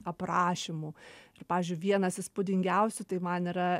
aprašymų ir pavyzdžiui vienas įspūdingiausių tai man yra